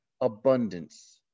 abundance